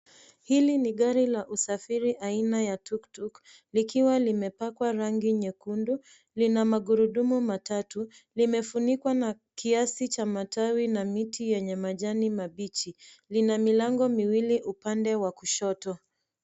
Hili ni gari la usafiri aina ya Tuktuk, likiwa limepakwa rangi nyekundu. Lina magurudumu matatu. Limefunikwa na kiasi cha matawi na miti yenye majani mabichi. Lina milango miwili upande wa kushoto.